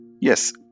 yes